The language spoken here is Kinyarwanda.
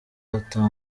ata